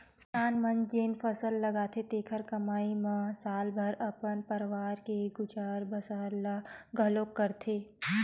किसान मन जेन फसल लगाथे तेखरे कमई म साल भर अपन परवार के गुजर बसर ल घलोक करथे